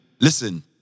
Listen